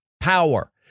power